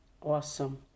Awesome